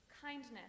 kindness